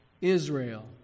Israel